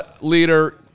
leader